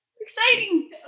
exciting